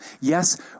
Yes